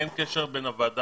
אין קשר בין הוועדה